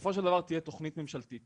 בסופו של דבר תהיה תוכנית ממשלתית